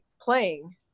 playing